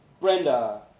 Brenda